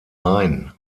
main